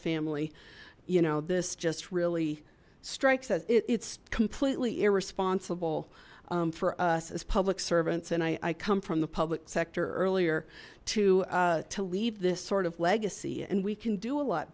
family you know this just really strikes as it's completely irresponsible for us as public servants and i come from the public sector earlier to to leave this sort of legacy and we can do a lot